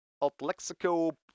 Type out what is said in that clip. Alt-Lexico